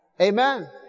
Amen